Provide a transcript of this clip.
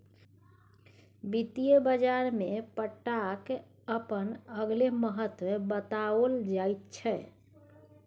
वित्तीय बाजारमे पट्टाक अपन अलगे महत्व बताओल जाइत छै